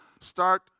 start